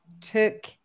took